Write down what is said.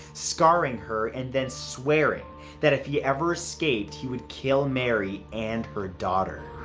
scarring her and then swearing that if he ever escaped he would kill mary and her daughter.